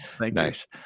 Nice